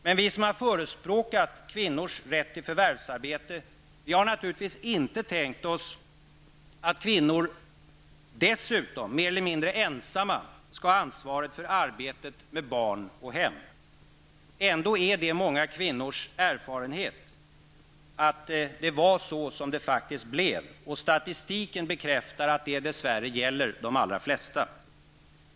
Men vi som har förespråkat kvinnors rätt till förvärvsarbete har naturligtvis inte tänkt oss att kvinnor dessutom mer eller mindre ensamma skulle ha ansvaret för arbetet med barn och hem. Ändå är det många kvinnors erfarenhet att det var så det blev. Ja, statistiken bekräftar att det gäller de flesta.